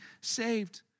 saved